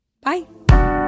Bye